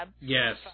Yes